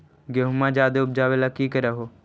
गेहुमा ज्यादा उपजाबे ला की कर हो?